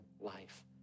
life